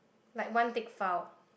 like one thick file